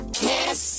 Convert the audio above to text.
kiss